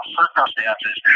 circumstances